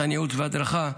ומתן ייעוץ והדרכה.